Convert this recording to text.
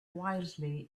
wildly